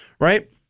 right